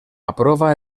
aprova